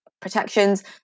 protections